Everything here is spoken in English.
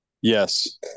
Yes